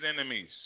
enemies